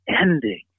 ending